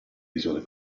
isole